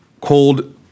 cold